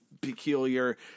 peculiar